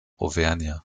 auvergne